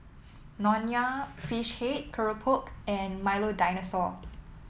Nonya Fish Head keropok and Milo Dinosaur